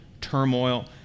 turmoil